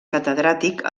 catedràtic